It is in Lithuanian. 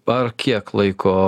ar kiek laiko